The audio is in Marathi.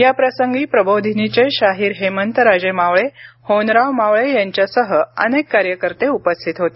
याप्रसंगी प्रबोधिनीचे शाहीर हेमंत राजे मावळे होनराव मावळे यांच्यासह अनेक कार्यकर्ते उपस्थित होते